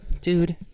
dude